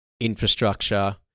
infrastructure